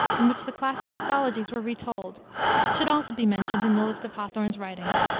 in which the classical mythologies were retold should also be mentioned in the list of hawthorne's writings,